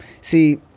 see